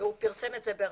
הוא פרסם את זה ברבים.